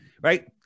right